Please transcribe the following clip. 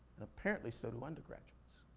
and apparently, so do undergraduates.